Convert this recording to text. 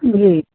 जी